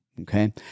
okay